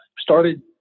started